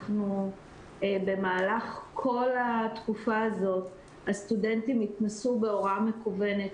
במהלך כל התקופה הזאת הסטודנטים התנסו בהוראה מקוונת,